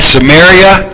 Samaria